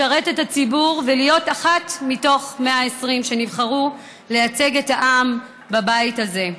לשרת את הציבור ולהיות אחת מתוך 120 שנבחרו לייצג את העם בבית הזה.